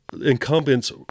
incumbents